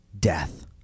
Death